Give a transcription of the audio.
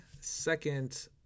second